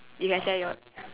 you can share yours